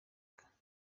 afurika